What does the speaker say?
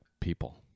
people